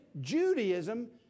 Judaism